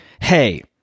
Hey